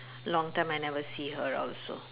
long time I never see her also